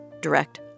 direct